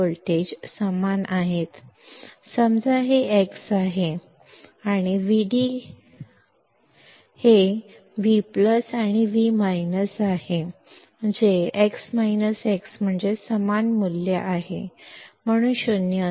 समजा हे X आहे हे X देखील आहे आणि Vd काहीही नाही पण V V आहे जे X X म्हणजेच समान मूल्य आहे म्हणून हे 0